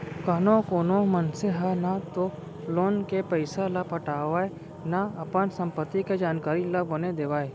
कानो कोनो मनसे ह न तो लोन के पइसा ल पटावय न अपन संपत्ति के जानकारी ल बने देवय